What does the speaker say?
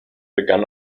begann